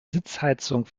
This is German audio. sitzheizung